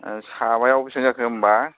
साबायाव बेसेबां जाखो होनबा